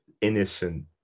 innocent